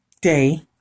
day